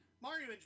Mario